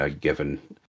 given